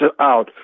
out